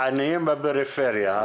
בעניים בפריפריה.